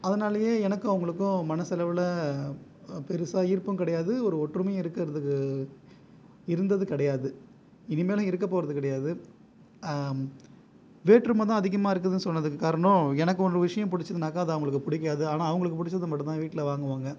அதனாலேயே எனக்கும் அவங்களுக்கும் மனசளவில் பெருசாக ஈர்ப்பும் கிடையாது ஒரு ஒற்றுமையும் இருக்கிறதுக்கு இருந்தது கிடையாது இனிமேலும் இருக்கற போகிறது கிடையாது வேற்றுமை தான் அதிகமாக இருக்குதுன்னு சொன்னதுக்கு காரணம் எனக்கு ஒரு விஷயம் பிடிச்சிதுன்னாக்கா அது அவங்களுக்கு பிடிக்காது ஆனால் அவங்களுக்கு பிடிச்சது மட்டும் தான் வீட்டில் வாங்குவாங்க